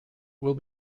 will